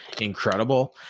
incredible